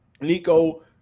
Nico